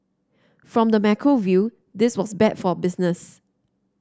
from the macro view this was bad for business